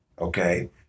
okay